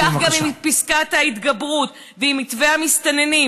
וכך גם עם פסקת ההתגברות ועם מתווה המסתננים.